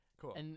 Cool